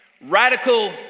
Radical